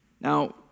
Now